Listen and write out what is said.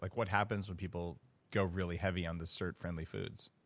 like what happens when people go really heavy on the sirt friendly foods?